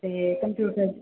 ਅਤੇ ਕੰਪਿਊਟਰ